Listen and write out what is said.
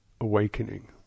awakening